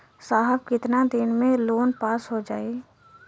साहब कितना दिन में लोन पास हो जाई?